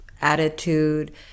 attitude